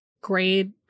grade